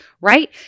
right